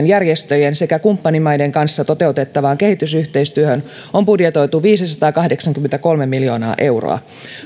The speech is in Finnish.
järjestöjen sekä kumppanimaiden kanssa toteutettavaan kehitysyhteistyöhön on budjetoitu viisisataakahdeksankymmentäkolme miljoonaa euroa